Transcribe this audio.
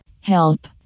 Help